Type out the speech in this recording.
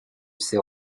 ses